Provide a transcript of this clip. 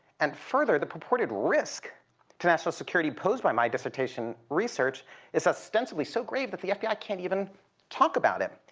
and further, the purported risk to national security posed by my dissertation research is ostensibly so grave that the fbi can't even talk about it.